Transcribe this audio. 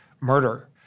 murder